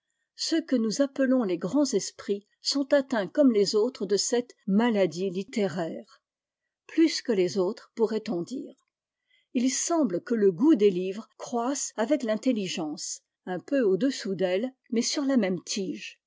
ceux que nous appelons les grands esprits sont atteints comme les autres de cette maladie littéraire plus que les autres pourrait-on dire il semble que le goût des livres croisse avec l'intelligence un peu au-dessous d'elle mais sur la même tige